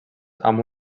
amb